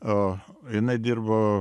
o jinai dirbo